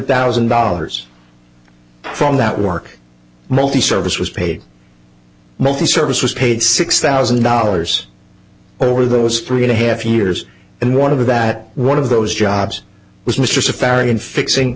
thousand dollars from that work multiservice was paid multiservice was paid six thousand dollars over those three and a half years and one of that one of those jobs was mr safari and fixing